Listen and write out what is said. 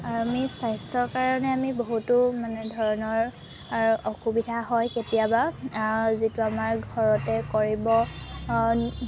আমি স্বাস্থ্যৰ কাৰণে আমি বহুতো মানে ধৰণৰ অসুবিধা হয় কেতিয়াবা যিটো আমাৰ ঘৰতে কৰিব